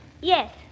Yes